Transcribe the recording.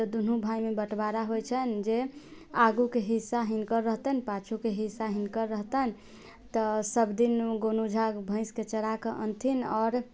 तऽ दुनू भाइमे बँटवारा होइत छनि जे आगूके हिस्सा हिनकर रहतनि पाछूके हिस्सा हिनकर रहतनि तऽ सबदिन गोनू झा भैंसके चरा कऽ अनथिन आओर